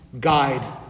guide